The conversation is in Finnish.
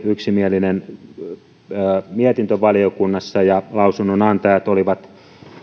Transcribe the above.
yksimielinen mietintövaliokunnassa ja lausunnonantajat olivat